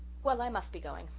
well, i must be going.